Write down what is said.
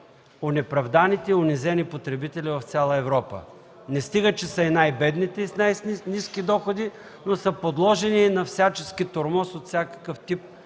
най-онеправданите и унизени потребители в цяла Европа. Не стига че са най-бедните и с най-ниски доходи, но са подложени на всячески тормоз от всякакъв тип